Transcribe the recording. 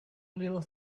little